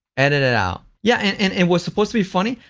edit it out. yeah, and and it was supposed to be funny?